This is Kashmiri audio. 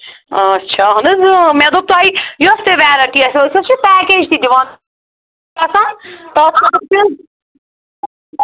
آچھا اَہن حظ اۭں مےٚ دوٚپ تۄہہِ یۄس تہِ ویرایٹی آسیو أسۍ حظ چھِ پیکیج تہِ دِوان گژھان تَتھ خٲطرٕ